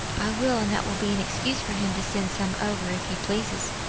i will, and that will be an excuse for him to send some over, if he pleases.